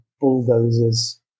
bulldozers